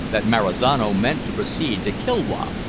that marizano meant to proceed to kilwa,